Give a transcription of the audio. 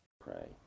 pray